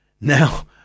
Now